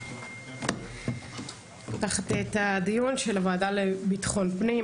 אני פותחת את הדיון של הוועדה לביטחון פנים,